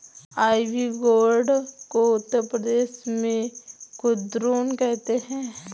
ivy gourd को उत्तर प्रदेश में कुद्रुन कहते हैं